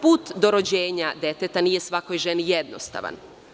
Put do rođenja deteta nije svakoj ženi jednostavan.